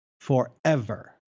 forever